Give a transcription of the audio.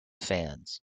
fans